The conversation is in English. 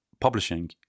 Publishing